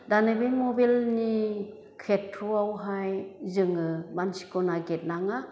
दा नैबे मबेलनि खेथ्र'आवहाय जोङो मानसिखौ नागिदनाङा